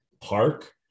park